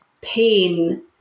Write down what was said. pain